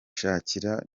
shakira